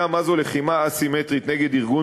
כל מי שיודע מה זו לחימה אסימטרית נגד ארגון